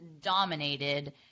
dominated